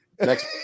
Next